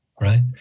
right